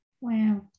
Wow